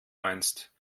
meinst